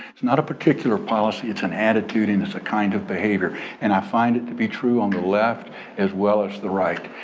it's not a particular policy it's an attitude and it's a kind of behavior and i find it to be true on the left as well as the right.